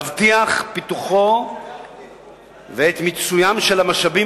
להבטיח את פיתוחו ואת מיצוים של המשאבים